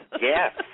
Yes